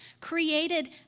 created